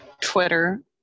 Twitter